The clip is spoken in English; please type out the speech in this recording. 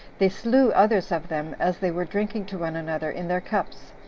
they slew others of them as they were drinking to one another in their cups,